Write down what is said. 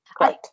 Right